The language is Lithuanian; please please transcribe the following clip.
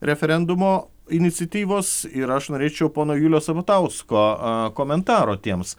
referendumo iniciatyvos ir aš norėčiau pono juliaus sabatausko komentaro tiems